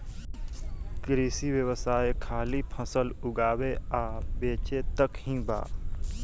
कृषि व्यवसाय खाली फसल उगावे आ बेचे तक ही बा